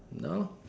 know